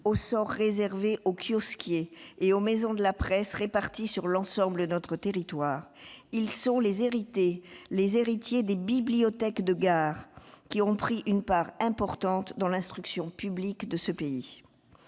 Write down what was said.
au sort réservé aux kiosquiers et aux maisons de la presse répartis sur l'ensemble de notre territoire : ils sont les héritiers des bibliothèques de gare, qui ont pris une part importante dans l'instruction publique de notre pays.